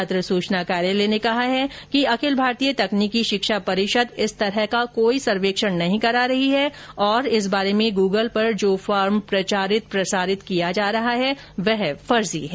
पत्र सूचना कार्यालय ने कहा है कि अखिल भारतीय तकनीकी शिक्षा परिषद इस तरह का कोई सर्वेक्षण नहीं करा रही है और इस बारे में गूगल पर जो फार्म प्रचारित प्रसारित किया जा रहा है वह फर्जी है